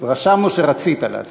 רשמנו שרצית להצביע.